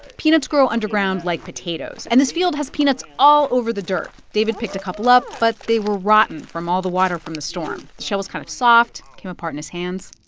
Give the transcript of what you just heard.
peanuts grow underground, like potatoes, and this field has peanuts all over the dirt. david picked a couple up, but they were rotten from all the water from the storm. the shell was kind of soft, came apart in his hands